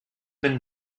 been